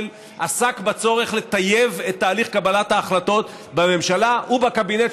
עסק בצורך לטייב את תהליך קבלת ההחלטות בממשלה ובקבינט,